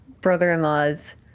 brother-in-law's